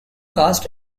cast